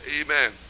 Amen